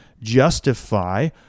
justify